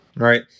Right